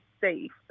safe